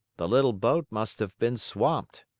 the little boat must have been swamped.